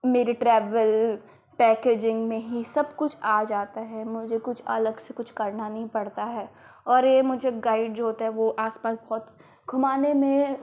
मेरे travel packaging में हीं सब कुछ आ जाता है मुझे कुछ अलग से कुछ करना नहीं पड़ता है और मुझे वो गाइड जो होता है वो आस पास बहुत घुमाने में